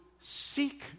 seek